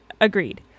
Agreed